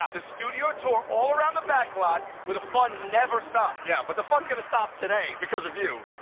ah the studio tour all around the back lot, where the fun never stops. yeah, but the fun's gonna stop today because of you.